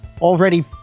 already